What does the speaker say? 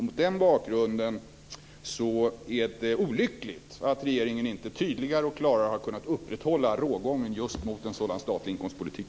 Mot den bakgrunden är det olyckligt att regeringen inte tydligare och klarare har kunnat upprätthålla rågången mot en statlig inkomstpolitik.